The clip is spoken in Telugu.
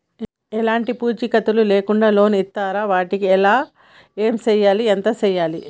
ఎలాంటి పూచీకత్తు లేకుండా లోన్స్ ఇస్తారా వాటికి ఎలా చేయాలి ఎంత చేయాలి?